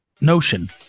notion